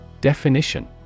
Definition